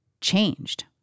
changed